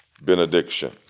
benediction